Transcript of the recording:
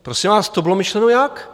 Prosím vás, to bylo myšleno jak?